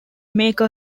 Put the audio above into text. make